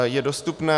Je dostupné.